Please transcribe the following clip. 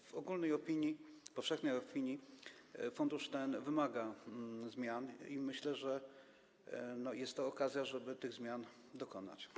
W ogólnej opinii, powszechnej opinii fundusz ten wymaga zmian i myślę, że jest to okazja, żeby tych zmian dokonać.